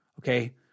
okay